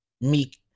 Meek